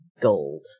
Gold